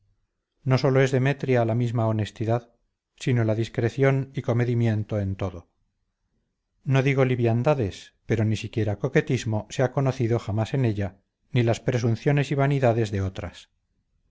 no sólo es demetria la misma honestidad sino la discreción y comedimiento en todo no digo liviandades pero ni siquiera coquetismo se ha conocido jamás en ella ni las presunciones y vanidades de otras